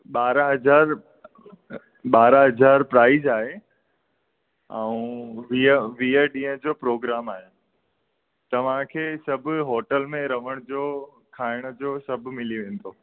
ॿारहं हज़ार रु ॿारहं हज़ार प्राइज आहे ऐं वीह वीह ॾींह जो प्रोग्राम आहे तव्हांखे सभु होटल में रहण जो खाइण जो सभु मिली वेंदो